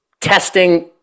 testing